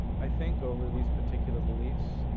i think over these particular beliefs.